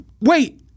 wait